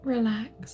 Relax